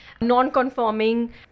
non-conforming